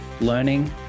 learning